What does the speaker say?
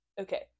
Okay